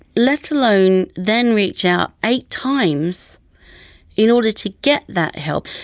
let alone then reach out eight times in order to get that help.